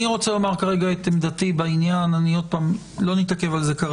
אני רוצה לומר את עמדתי בעניין, ולא נתעכב על זה.